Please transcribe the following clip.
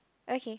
okay